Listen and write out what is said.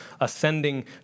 ascending